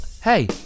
Hey